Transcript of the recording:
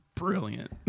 Brilliant